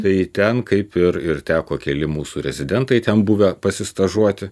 tai ten kaip ir ir teko keli mūsų rezidentai ten buvę pasistažuoti